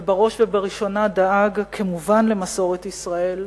ובראש ובראשונה דאג כמובן למסורת ישראל,